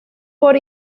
por